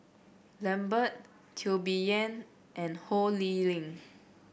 Lambert Teo Bee Yen and Ho Lee Ling